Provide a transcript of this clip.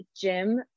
gym